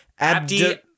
Abdi